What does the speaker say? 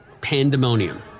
pandemonium